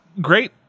great